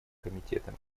комитетом